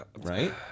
Right